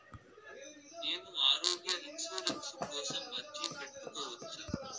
నేను ఆరోగ్య ఇన్సూరెన్సు కోసం అర్జీ పెట్టుకోవచ్చా?